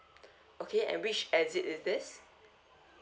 okay and which exit is this